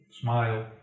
smile